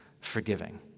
forgiving